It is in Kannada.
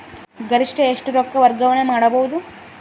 ಗರಿಷ್ಠ ಎಷ್ಟು ರೊಕ್ಕ ವರ್ಗಾವಣೆ ಮಾಡಬಹುದು?